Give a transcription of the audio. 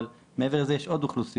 אבל מעבר לזה יש עוד אוכלוסיות,